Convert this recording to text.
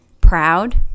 proud